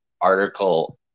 article